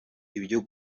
ibyo